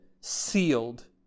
sealed